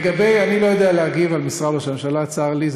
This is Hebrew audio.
אני לא יודע להגיב על משרד ראש הממשלה, צר לי.